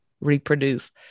reproduce